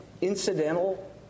incidental